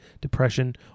depression